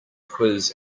quiz